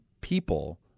people –